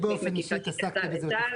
באופן אישי התעסקתי בזה בתפקיד הקודם.